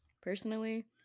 personally